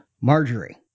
Marjorie